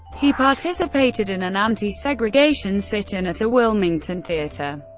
he participated in an anti-segregation sit-in at a wilmington theatre.